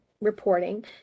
reporting